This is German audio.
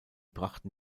brachten